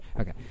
okay